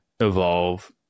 Evolve